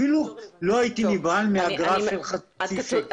אפילו לא הייתי נבהל מאגרה של חצי שקל.